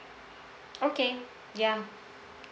okay ya